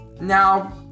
Now